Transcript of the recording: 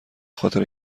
خاطر